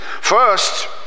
First